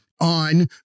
on